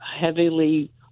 heavily